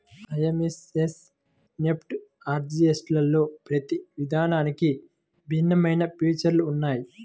IMPS, NEFT, ఆర్టీజీయస్లలో ప్రతి విధానానికి భిన్నమైన ఫీచర్స్ ఉన్నయ్యి